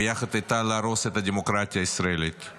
ויחד איתה להרוס את הדמוקרטיה הישראלית;